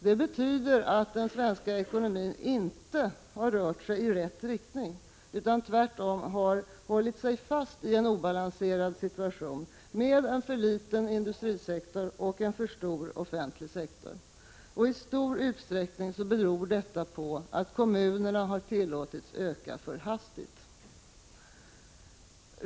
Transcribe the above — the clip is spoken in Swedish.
Detta betyder att den svenska ekonomin inte har rört sig i rätt riktning utan tvärtom har hållit sig fast i en obalanserad situation, med en för liten industrisektor och en för stor offentlig sektor. I stor utsträckning beror detta på att kommunerna har tillåtits öka för hastigt.